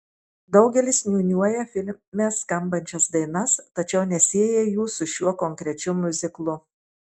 daugelis niūniuoja filme skambančias dainas tačiau nesieja jų su šiuo konkrečiu miuziklu